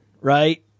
right